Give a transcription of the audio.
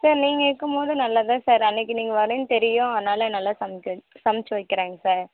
sir நீங்கள் இருக்கும்போது நல்லா தான் சார் அன்றைக்கு நீங்கள் வரிங்க தெரியும் அதனால நல்லா சமைச்சி வெக் சமைச்சி வைக்கிறாங்க சார்